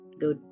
go